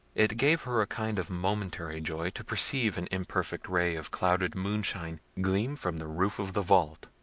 it gave her a kind of momentary joy to perceive an imperfect ray of clouded moonshine gleam from the roof of the vault,